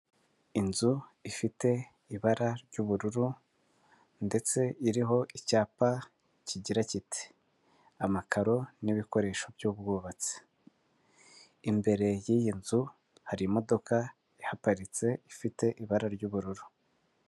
Inzu ifite ibara ry'ubururu ndetse iriho icyapa kigira kiti; amakaro n'ibikoresho by'ubwubatsi. Imbere y'iyi nzu, hari imodoka ihagaritse ifite ibara ry'ubururu.